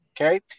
okay